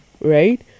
right